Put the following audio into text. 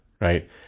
Right